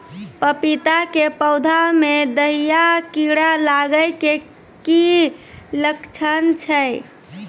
पपीता के पौधा मे दहिया कीड़ा लागे के की लक्छण छै?